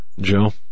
Joe